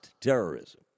terrorism